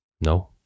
No